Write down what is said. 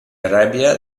arabia